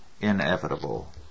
inevitable